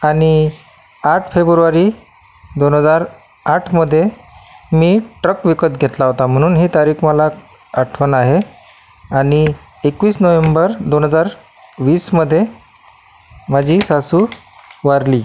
आणि आठ फेबुरवारी दोन हजार आठमध्ये मी ट्रक विकत घेतला होता म्हणून ही तारीख मला आठवण आहे आणि एकवीस नोव्हेंबर दोन हजार वीसमध्ये माझी सासू वारली